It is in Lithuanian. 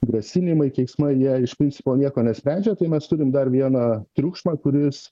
grasinimai keiksmai jie iš principo nieko nesprendžia tai mes turim dar vieną triukšmą kuris